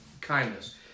kindness